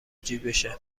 جیبشه